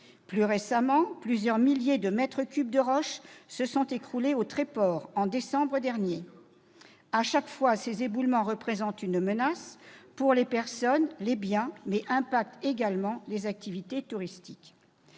dernier, plusieurs milliers de mètres cubes de roches se sont écroulés au Tréport. À chaque fois, ces éboulements représentent une menace pour les personnes et les biens, mais ils affectent également les activités touristiques.